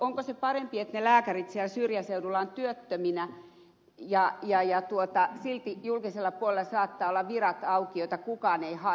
onko parempi että lääkärit syrjäseuduilla ovat työttöminä ja silti julkisella puolella saattaa olla auki virat joita kukaan ei hae